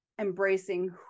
embracing